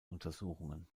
untersuchungen